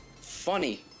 funny